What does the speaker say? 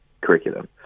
curriculum